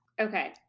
okay